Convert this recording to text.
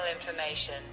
information